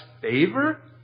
favor